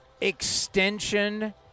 extension